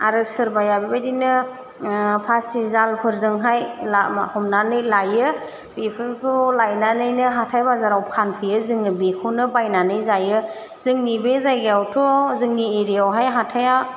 आरो सोरबाया बेबायदिनो फासि जालफोरजोंहाय हमनानै लायो बेफोरखौ लायनानैनो हाथाइ बाजाराव फानहैयो जोंबो बेखौनो बायनानै जायो जोंनि बे जायगायावथ' जोंनि एरियायावहाय हाथाइआ